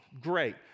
great